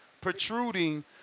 protruding